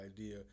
idea